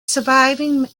surviving